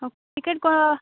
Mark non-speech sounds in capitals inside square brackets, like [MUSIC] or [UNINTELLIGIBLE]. [UNINTELLIGIBLE] ticket